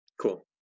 Cool